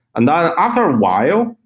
and then after a while,